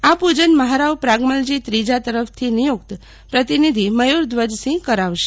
આ પૂજન મહારાવ પ્રાગમલજી ત્રીજા તરફતી નિયૂકત પ્રતિનિધિ મયરધ્વજ સિંહ કરાવશે